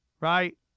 Right